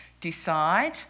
decide